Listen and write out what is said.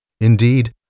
Indeed